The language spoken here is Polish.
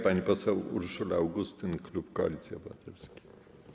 Pani poseł Urszula Augustyn, klub Koalicji Obywatelskiej.